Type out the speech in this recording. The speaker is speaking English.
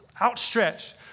outstretched